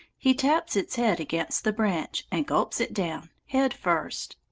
he taps its head against the branch, and gulps it down, head first.